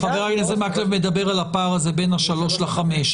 חבר הכנסת מקלב מדבר על הפער הזה בין גיל 3 ל-5.